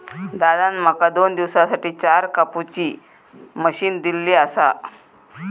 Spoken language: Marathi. दादान माका दोन दिवसांसाठी चार कापुची मशीन दिलली आसा